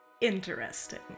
interesting